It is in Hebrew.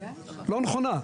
לא נכונה.